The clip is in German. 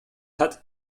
hat